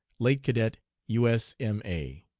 late cadet u s m a.